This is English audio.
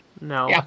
No